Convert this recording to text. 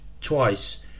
twice